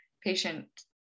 patient